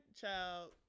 child